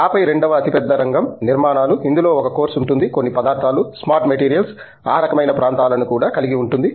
ఆపై రెండవ పెద్ద రంగం నిర్మాణాలు ఇందులో ఒక కోర్సు ఉంటుంది కొన్ని పదార్థాలు స్మార్ట్ మెటీరియల్స్ ఆ రకమైన ప్రాంతాలను కూడా కలిగి ఉంటుంది